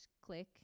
click